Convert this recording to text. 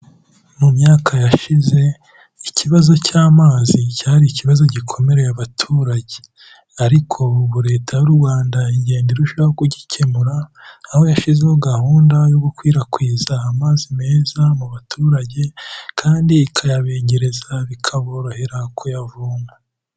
Mu myaka yashize ikibazo cy'amazi cyari ikibazo gikomereye abaturage ariko ubu Leta y'u Rwanda igenda irushaho kugikemura, aho yashyizeho gahunda yo gukwirakwiza amazi meza mu baturage kandi ikayabegereza bikaborohera kuyavoma.